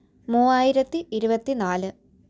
മൂവായിരത്തി ഇരുപത്തി നാല്